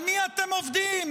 על מי אתם עובדים?